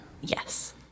yes